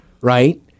right